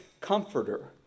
comforter